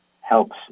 helps